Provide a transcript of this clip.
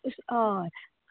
अशीं हय